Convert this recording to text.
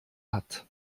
hat